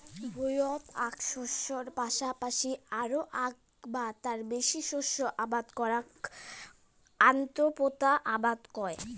ভুঁইয়ত আক শস্যের পাশাপাশি আরো আক বা তার বেশি শস্য আবাদ করাক আন্তঃপোতা আবাদ কয়